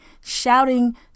shouting